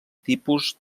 tipus